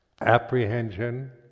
apprehension